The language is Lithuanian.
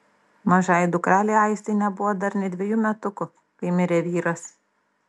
mažajai dukrelei aistei nebuvo dar nė dvejų metukų kai mirė vyras